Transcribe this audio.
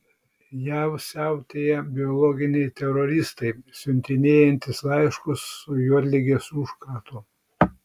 jav siautėja biologiniai teroristai siuntinėjantys laiškus su juodligės užkratu